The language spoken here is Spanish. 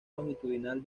longitudinal